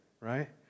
right